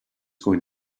going